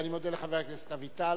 אני מודה לחבר הכנסת אביטל.